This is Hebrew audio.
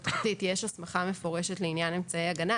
התפתחותית יש הסמכה מפורשת לעניין אמצעי הגנה.